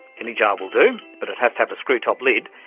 any jar will do, but it has to have a screw-top lid.